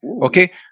Okay